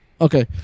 okay